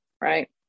right